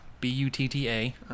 B-U-T-T-A